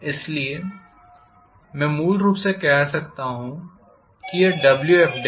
इसलिए मैं मूल रूप से कह सकता हूं कि यह Wfहै